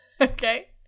Okay